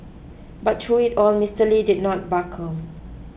but through it all Mister Lee did not buckle